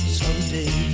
someday